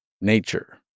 nature